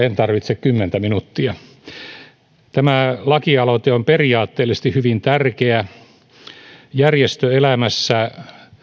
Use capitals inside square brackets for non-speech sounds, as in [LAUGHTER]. [UNINTELLIGIBLE] en tarvitse kymmentä minuuttia tämä lakialoite on periaatteellisesti hyvin tärkeä järjestöelämässä